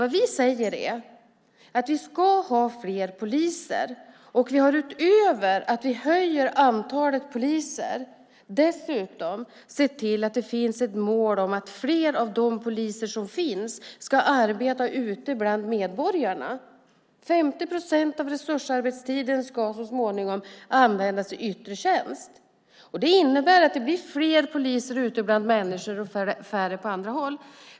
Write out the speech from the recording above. Vad vi säger är att vi ska ha fler poliser, och vi har utöver att vi ökar antalet poliser dessutom sett till att det finns ett mål om att fler av de poliser som finns ska arbeta ute bland medborgarna. 50 procent av resursarbetstiden ska så småningom användas i yttre tjänst. Det innebär att det blir fler poliser ute bland människor och färre på andra håll.